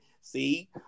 See